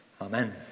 Amen